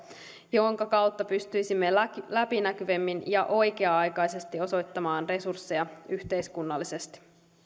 jonka kautta pystyisimme läpinäkyvämmin ja oikea aikaisesti osoittamaan resursseja yhteiskunnallisesti